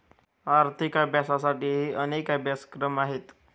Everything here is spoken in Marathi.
आर्थिक अभ्यासासाठीही अनेक अभ्यासक्रम आहेत